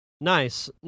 Nice